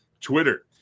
Twitter